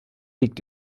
liegt